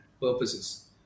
purposes